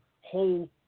whole